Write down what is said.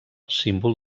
símbol